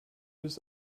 des